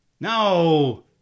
No